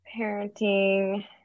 parenting